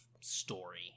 story